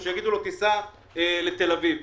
או שיגידו לו: תיסע לתל אביב.